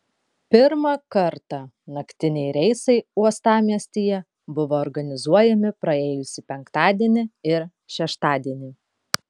pirmą kartą naktiniai reisai uostamiestyje buvo organizuojami praėjusį penktadienį ir šeštadienį